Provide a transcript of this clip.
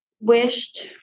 wished